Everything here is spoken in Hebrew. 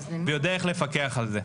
ויודע איך לפקח על זה.